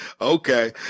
Okay